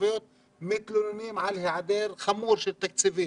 ערביות והם מתלוננים על היעדר חמור של תקציבים.